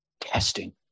testing